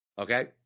okay